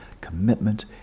commitment